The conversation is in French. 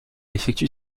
effectue